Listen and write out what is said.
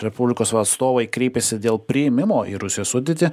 respublikos atstovai kreipėsi dėl priėmimo į rusijos sudėtį